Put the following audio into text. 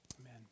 Amen